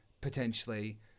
potentially